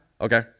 Okay